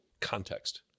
context